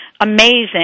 amazing